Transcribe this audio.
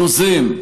יוזם,